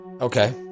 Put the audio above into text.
Okay